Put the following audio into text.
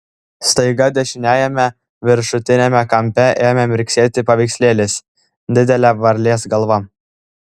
staiga dešiniajame viršutiniame kampe ėmė mirksėti paveikslėlis didelė varlės galva